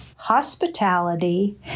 hospitality